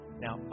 Now